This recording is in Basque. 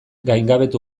gaingabetu